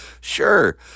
Sure